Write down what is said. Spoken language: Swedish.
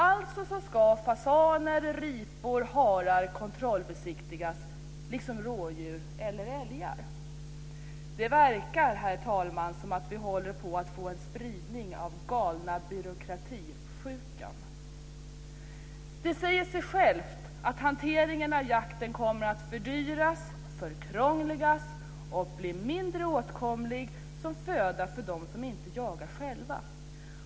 Alltså ska fasaner, ripor och harar kontrollbesiktigas liksom rådjur och älgar. Herr talman! Det verkar som om vi håller på att få en spridning av galna byråkrati-sjukan. Det säger sig självt att hanteringen av jakten kommer att fördyras och förkrångligas. Viltet kommer att bli mindre åtkomligt som föda för dem som inte jagar själva.